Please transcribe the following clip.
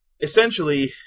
essentially